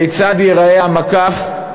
כיצד ייראה המקף,